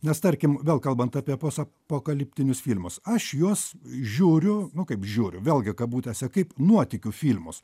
nes tarkim vėl kalbant apie postapokaliptinius filmus aš juos žiūriu nu kaip žiūriu vėlgi kabutėse kaip nuotykių filmus